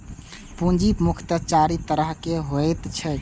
पूंजी मुख्यतः चारि तरहक होइत छैक